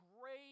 great